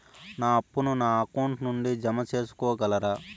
నా అప్పును నా అకౌంట్ నుండి జామ సేసుకోగలరా?